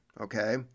Okay